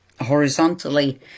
horizontally